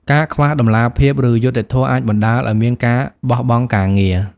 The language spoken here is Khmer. ការខ្វះតម្លាភាព ឬយុត្តិធម៌អាចបណ្ដាលឲ្យមានការបោះបង់ការងារ។